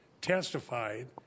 testified